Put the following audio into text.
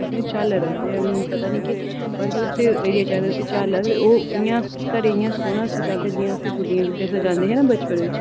करदे झल्ल रखदे पता निं केह् झल्ल रखदे ओह् इ'यां घरै गी सोह्ना सजांदे इ'यां जि'यां गुड्डे गुड्डियां सजांदे ना जि'यां बचपन बिच